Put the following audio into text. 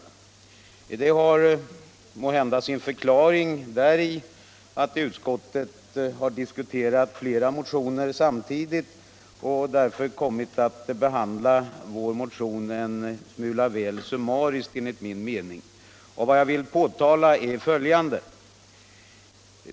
Det har måhända sin förklaring däri att utskottet har diskuterat flera motioner samtidigt och därför kommit att behandla vår motion väl summariskt enligt min mening. Vad jag vill påtala är följande.